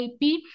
IP